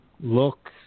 look